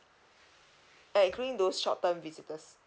like including those short term visitors